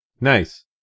Nice